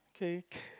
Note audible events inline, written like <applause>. okay <breath>